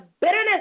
bitterness